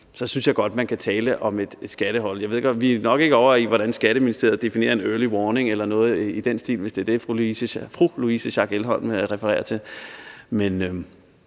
man kan tale om et skattehul. Vi er nok ikke ovre i, hvordan Skatteministeriet definerer en early warning